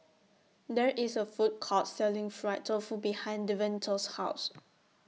There IS A Food Court Selling Fried Tofu behind Devontae's House